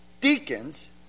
deacons